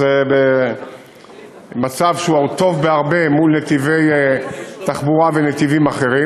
וזה מצב שהוא טוב בהרבה בהשוואה לנתיבי תחבורה ונתיבים אחרים.